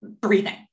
breathing